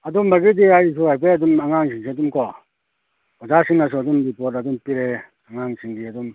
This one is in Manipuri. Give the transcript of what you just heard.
ꯑꯗꯨꯝꯕꯒꯤꯗꯤ ꯑꯩꯁꯨ ꯍꯥꯏꯐꯦꯠ ꯑꯗꯨꯝ ꯑꯉꯥꯡꯁꯤꯡꯁꯦ ꯑꯗꯨꯝꯀꯣ ꯑꯣꯖꯥꯁꯤꯡꯅꯁꯨ ꯑꯗꯨꯝ ꯔꯤꯄꯣꯠ ꯑꯗꯨꯝ ꯄꯤꯔꯛꯑꯦ ꯑꯉꯥꯡꯁꯤꯡꯒꯤ ꯑꯗꯨꯝ